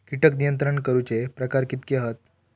कीटक नियंत्रण करूचे प्रकार कितके हत?